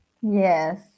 yes